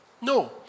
No